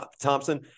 thompson